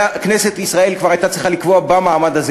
כנסת ישראל כבר הייתה צריכה לקבוע במעמד הזה